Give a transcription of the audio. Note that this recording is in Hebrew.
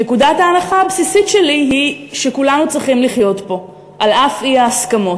נקודת ההנחה הבסיסית שלי היא שכולנו צריכים לחיות פה על אף האי-הסכמות,